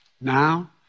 Now